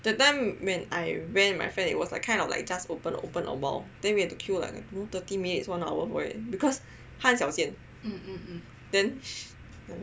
that time when I went with my friend it was like kind of like just open open awhile then we have to queue like thirty minutes one hour for it because 它很小间 then